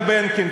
כולל טבנקין,